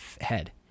head